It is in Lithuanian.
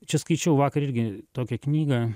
čia skaičiau vakar irgi tokią knygą